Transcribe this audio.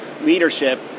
leadership